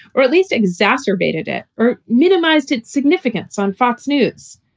or at least exacerbated it or minimized its significance on fox news.